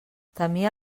temia